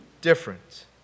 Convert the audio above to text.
different